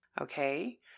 okay